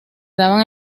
daban